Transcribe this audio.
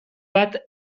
bat